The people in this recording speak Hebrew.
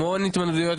המון התמודדויות,